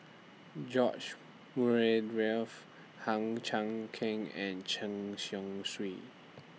George Murray Reith Hang Chang Chieh and Chen Chong Swee